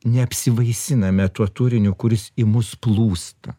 neapsivaisiname tuo turiniu kuris į mus plūsta